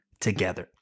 together